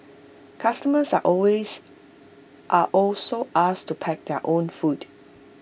customers are always are also asked to pack their own food